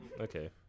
Okay